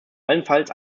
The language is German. allenfalls